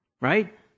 Right